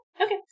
Okay